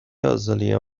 آزالیا